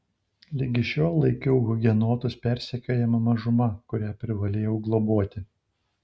ligi šiol laikiau hugenotus persekiojama mažuma kurią privalėjau globoti